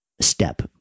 step